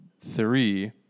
Three